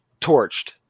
Torched